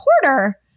quarter